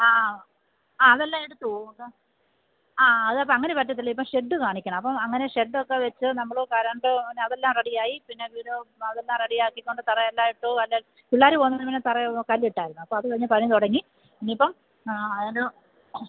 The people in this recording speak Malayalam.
ആ അതെല്ലാം എടുത്തു ആ അങ്ങനെ പറ്റത്തില്ല ഇപ്പോൾ ഷെഡ്ഡ് കാണിക്കണം അപ്പോൾ അങ്ങനെ ഷെഡ് ഒക്കെ വെച്ച് നമ്മള് വരാന്ത അതെല്ലാം റെഡിയായി പിന്നെ അതെല്ലാം റെഡിയാക്കിക്കൊണ്ട് തറ എല്ലാം ഇട്ടു പിള്ളേര് പോകുന്നതിനു മുന്നേ തറ കല്ലിട്ടായിരുന്നു അപ്പോൾ അത് കഴിഞ്ഞ് പണി തുടങ്ങി ഇനിയിപ്പം ആ അതിനു